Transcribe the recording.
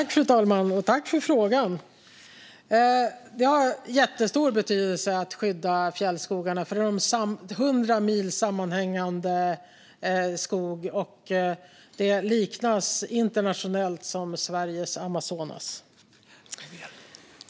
Fru talman! Jag tackar för frågan. Att skydda fjällskogarna har jättestor betydelse. Det är 100 mil sammanhängande skog. Det kallas internationellt för Sveriges Amazonas.